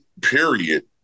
period